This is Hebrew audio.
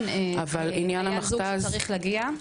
כן, היה זוג שצריך להגיע,